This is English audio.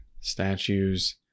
statues